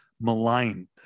maligned